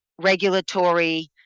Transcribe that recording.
regulatory